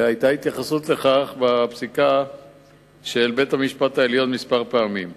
והיתה התייחסות לכך בפסיקה של בית-המשפט העליון פעמים מספר.